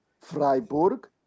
Freiburg